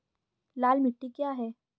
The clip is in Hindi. लाल मिट्टी क्या है?